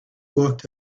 walked